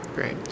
Great